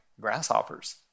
grasshoppers